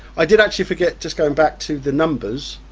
i did actually forget, just going back to the numbers,